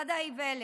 "מצעד האיוולת",